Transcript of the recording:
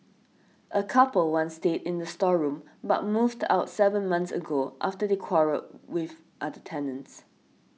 a couple once stayed in the storeroom but moved out seven months ago after they quarrelled with other tenants